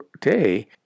day